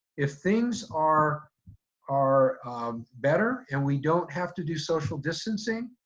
if things are are better and we don't have to do social distancing,